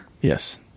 Yes